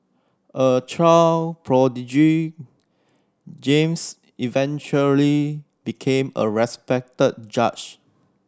a child prodigy James eventually became a respected judge